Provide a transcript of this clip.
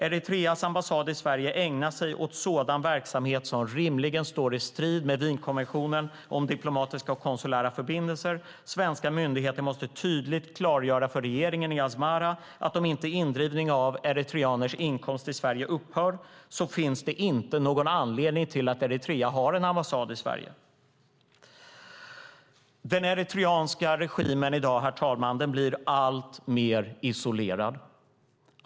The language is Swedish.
Eritreas ambassad i Sverige ägnar sig åt sådan verksamhet som rimligen står i strid med Wienkonventionen om diplomatiska och konsulära förbindelser. Svenska myndigheter måste tydligt klargöra för regeringen i Asmara att om inte indrivningen av eritreaners inkomst i Sverige upphör finns ingen anledning för Eritrea att ha någon ambassad i Sverige. Den eritreanska regimen, herr talman, blir i dag alltmer isolerad.